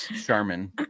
Charmin